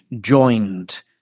joined